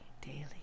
daily